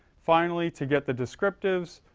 finally, to get the descriptives,